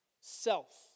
Self